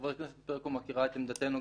חברת הכנסת ברקו מכירה את עמדתנו,